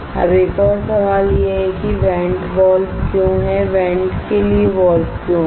अब एक और सवाल यह है कि वेंट वाल्व क्यों है वेंट के लिए वाल्व क्यों है